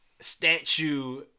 statue